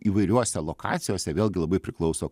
įvairiuose lokacijose vėlgi labai priklauso